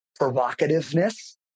provocativeness